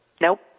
Nope